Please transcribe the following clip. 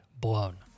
blown